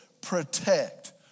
protect